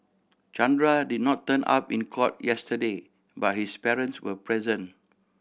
Chandra did not turn up in court yesterday but his parents were present